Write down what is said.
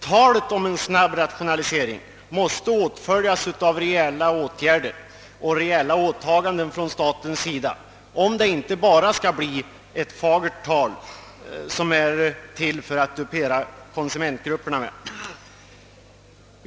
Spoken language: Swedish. Talet om en snabb rationalisering måste åtföljas av reella åtgärder och åtaganden från staten, om det inte bara skall utgöra fagra ord i syfte att dupera konsumentgrupperna.